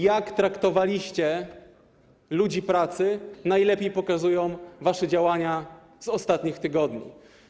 Jak traktowaliście ludzi pracy, najlepiej pokazują wasze działania z ostatnich tygodni.